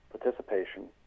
participation